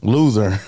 Loser